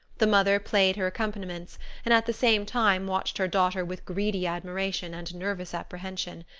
the mother played her accompaniments and at the same time watched her daughter with greedy admiration and nervous apprehension.